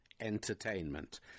entertainment